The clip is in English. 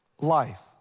life